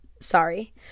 sorry